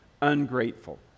ungrateful